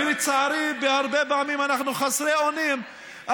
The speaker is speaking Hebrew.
ולצערי הרבה פעמים אנחנו חסרי אונים.